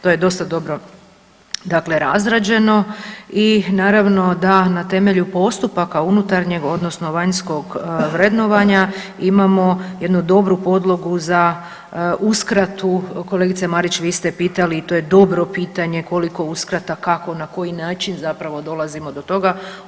To je dosta dobro razrađeno i naravno da na temelju postupaka unutarnjeg odnosno vanjskog vrednovanja imamo jednu dobru podlogu za uskratu, kolegice Marić vi ste pitali i to je dobro pitanje koliko uskrata, kako, na koji način zapravo dolazimo do toga.